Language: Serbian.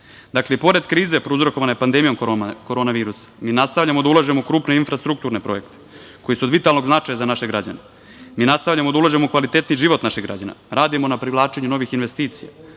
Srbije. Dakle, pored krize prouzrokovane pandemijom korona virusa, mi nastavljamo da ulažemo u krupne infrastrukturne projekte, koji su od vitalnog značaja za naše građane. Mi nastavljamo da ulažemo u kvalitetniji život našeg građana, radimo na privlačenju novih investicija,